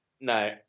no